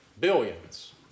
Billions